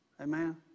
Amen